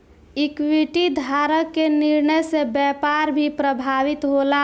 equity धारक के निर्णय से व्यापार भी प्रभावित होला